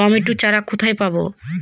Tomato চারা কোথায় পাবো?